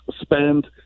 spend